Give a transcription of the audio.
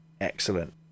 excellent